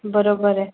बरोबर आहे